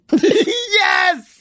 yes